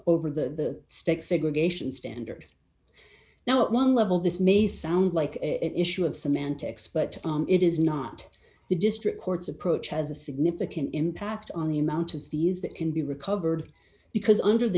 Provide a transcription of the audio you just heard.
over the state segregation standard now one level this may sound like it issue of semantics but it is not the district courts approach has a significant impact on the amount of these that can be recovered because under the